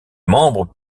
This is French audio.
membre